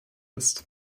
ist